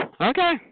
Okay